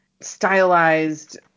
stylized